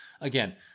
again